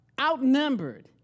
outnumbered